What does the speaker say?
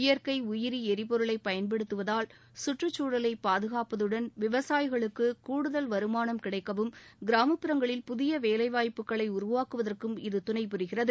இயற்கை உயிரி ளிபொருளை பயன்படுத்துவதால் சுற்றுச்சூழலை பாதுகாப்பதுடன் விவசாயிகளுக்கு கூடுதல் வருமானம் கிடைக்கவும் கிராமப்புறங்களில் புதிய வேலைவாய்ப்புகளை உருவாக்குவதற்கும் இது துணை புரிகிறது